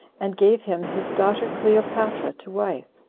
and gave him his daughter cleopatra to wife,